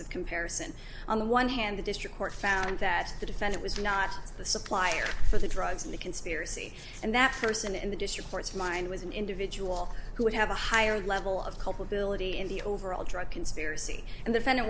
of comparison on the one hand the district court found that the defendant was not the supplier for the drugs in the conspiracy and that person in the district court's mind was an individual who would have a higher level of culpability in the overall drug conspiracy and the f